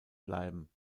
bleiben